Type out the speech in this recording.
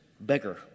beggar